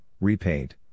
repaint